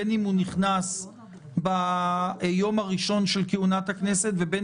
בין אם הוא נכנס ביום הראשון של כהונת הכנסת ובין